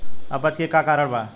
अपच के का कारण बा?